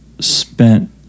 spent